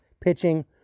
pitching